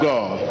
God